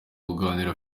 kuganira